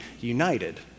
united